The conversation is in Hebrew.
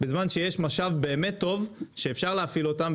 בזמן שיש משאב באמת טוב שאפשר להפעיל אותם,